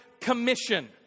commission